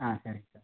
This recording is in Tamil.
ஆ சரிங்க சார்